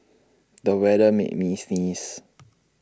the weather made me sneeze